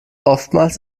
oftmals